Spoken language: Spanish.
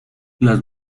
las